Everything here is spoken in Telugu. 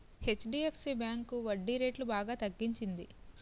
హెచ్.డి.ఎఫ్.సి బ్యాంకు వడ్డీరేట్లు బాగా తగ్గించింది